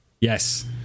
Yes